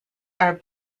are